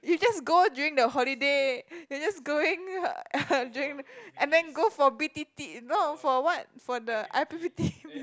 you just go during the holiday you just going during i mean go for b_t_t no for what for the i_p_p_t